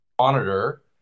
monitor